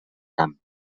camp